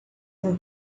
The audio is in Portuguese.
não